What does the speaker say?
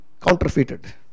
counterfeited